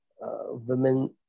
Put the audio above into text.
women